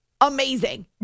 Amazing